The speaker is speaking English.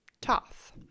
Toth